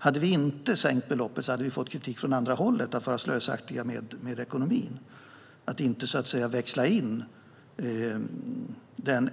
Hade vi inte sänkt beloppet tror jag att vi hade fått kritik från andra hållet, det vill säga för att vara slösaktiga med ekonomin och inte så att säga växla in den